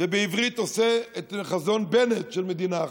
ובעברית נושא את חזון בנט של מדינה אחת.